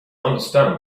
understand